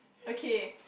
okay